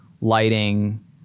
lighting